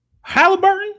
Halliburton